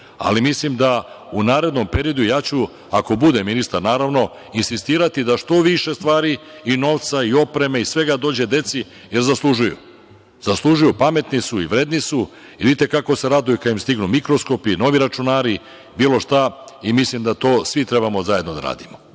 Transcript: Ali, mislim da ću u narednom periodu, ako budem ministar, naravno, insistirati da što više stvari, novca, opreme i svega dođe deci, jer zaslužuju. Pametni su i vredni su i da vidite kako se raduju kad im stignu i mikroskopi i novi računari i bilo šta. Mislim da to svi treba zajedno da radimo.